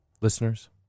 listeners